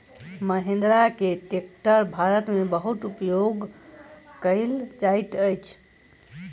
महिंद्रा के ट्रेक्टर भारत में बहुत उपयोग कयल जाइत अछि